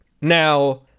Now